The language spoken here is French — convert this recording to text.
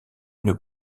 une